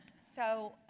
so